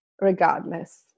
regardless